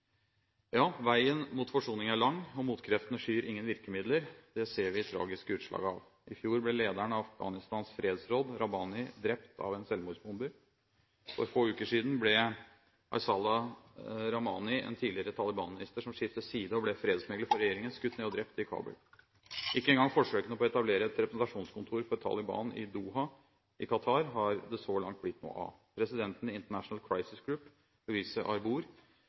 Ja, veien mot forsoning er lang, og motkreftene skyr ingen virkemidler. Det ser vi tragiske utslag av. I fjor ble lederen av Afghanistans fredsråd, Rabbani, drept av en selvmordsbomber. For få uker siden ble Arsala Rahmani, en tidligere Taliban-minister som skiftet side og ble fredsmegler for regjeringen, skutt ned og drept i Kabul. Ikke engang forsøkene på å etablere et representasjonskontor for Taliban i Doha i Qatar har det så langt blitt noe av. Presidenten i International Crisis Group,